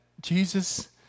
Jesus